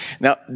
Now